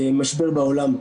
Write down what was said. המשבר בעולם.